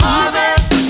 Harvest